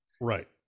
Right